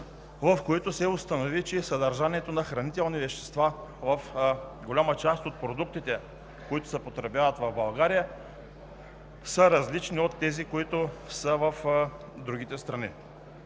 в които се установи, че съдържанието на хранителни вещества в голяма част от продуктите, които се потребяват в България, са различни от тези, които са в другите страни.